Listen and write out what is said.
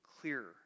clearer